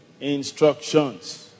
instructions